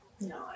No